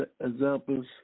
examples